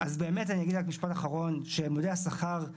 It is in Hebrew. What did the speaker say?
אני אגיד רק משפט אחרון, --- השכר,